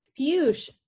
Piyush